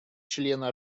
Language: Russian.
члена